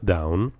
Down